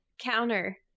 counter